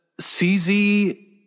CZ